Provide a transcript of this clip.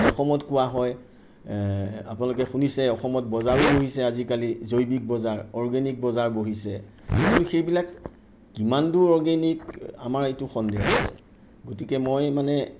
অসমত কোৱা হয় আপোনালোকে শুনিছে অসমত বজাৰো বহিছে আজিকালি জৈৱিক বজাৰ অৰ্গেনিক বজাৰ বহিছে কিন্তু সেইবিলাক কিমানদূৰ অৰ্গেনিক আমাৰ এইটো সন্দেহ আছে গতিকে মই মানে